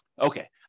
Okay